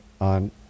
on